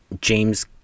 James